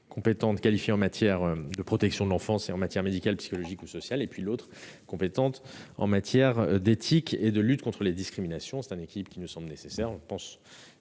compétente en matière de protection de l'enfance et en matière médicale, psychologique ou sociale et une personne compétente en matière d'éthique et de lutte contre les discriminations. Un tel équilibre nous semble nécessaire. Nous